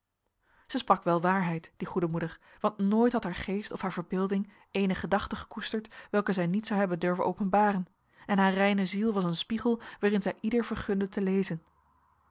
zij sprak wel waarheid die goede moeder want nooit had haar geest of haar verbeelding eene gedachte gekoesterd welke zij niet zou hebben durven openbaren en haar reine ziel was een spiegel waarin zij ieder vergunde te lezen